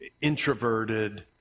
introverted